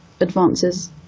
advances